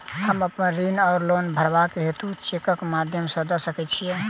हम अप्पन ऋण वा लोन भरबाक हेतु चेकक माध्यम सँ दऽ सकै छी?